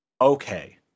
Okay